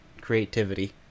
creativity